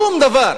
שום דבר,